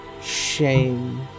Shame